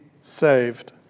saved